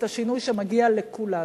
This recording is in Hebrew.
את השינוי שמגיע לכולנו.